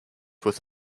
with